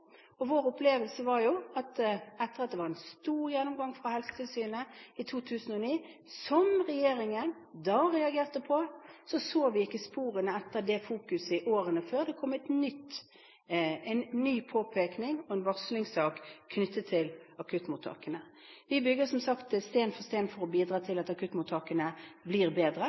Vår opplevelse var at etter at det var en stor gjennomgang fra Helsetilsynet i 2009, som regjeringen da reagerte på, så vi ikke sporene etter det fokuset disse årene før det kom en ny påpekning og en varslingssak knyttet til akuttmottakene. Vi bygger som sagt sten på sten for å bidra til at akuttmottakene blir bedre.